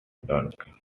duncan